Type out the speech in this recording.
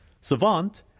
Savant